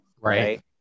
right